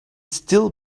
still